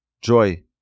joy